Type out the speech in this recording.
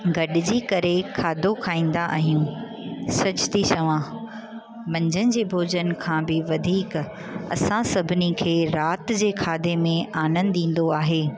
गॾिजी करे खाधो खाईंदा आहियूं सचु थी चवां मंझंदि जे भोॼन खां बि वधीक असां सभिनी खे राति जे खाधे में आनंद ईंदो आहे